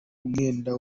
umwenda